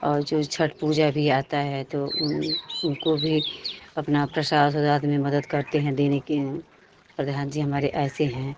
और जो छठ पूजा भी आती है तो उनको भी अपना प्रसाद ओसाद में मदद करते हैं देने के प्रधान जी हमारे ऐसे हैं